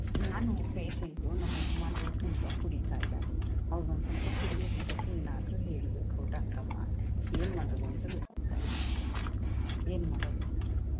ನಾನು ಪೇಶೆಂಟು ನಮ್ಮ ಯಜಮಾನ್ರು ತುಂಬ ಕುಡೀತಾ ಇದ್ದಾರೆ ಅವ್ರ್ನ ಒಂದು ಸ್ವಲ್ಪ ಕುಡಿಯದು ಏನಾದ್ರೂ ಹೇಳಬೇಕು ಡಾಕ್ಟ್ರಮ್ಮ ಏನು ಮಾಡೂದು ಅಂತ ಗೊತ್ತಾಗ್ತಾಯಿಲ್ಲ ಏನು ಮಾಡೋದು